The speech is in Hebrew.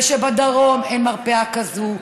ושבדרום אין מרפאה כזו,